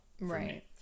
right